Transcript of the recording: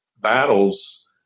battles